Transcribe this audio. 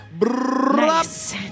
Nice